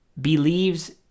believes